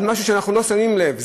משהו שאנחנו לא שמים לב אליו,